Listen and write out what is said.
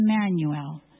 Emmanuel